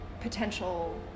potential